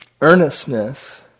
earnestness